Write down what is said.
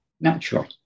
natural